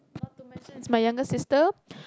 not to mention it's my younger sister